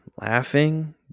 laughing